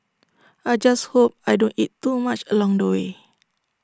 I just hope I don't eat too much along the way